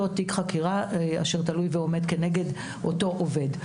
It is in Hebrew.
תיק חקירה אשר תלוי ועומד כנגד אותו עובד.